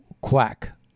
quack